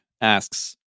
asks